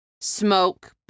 smoke